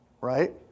Right